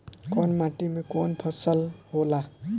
कवन माटी में कवन फसल हो ला?